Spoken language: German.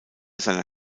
seiner